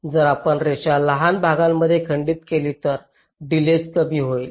तर जर आपण रेषा लहान भागांमध्ये खंडित केली तर डिलेज कमी होईल